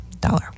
dollar